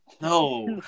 No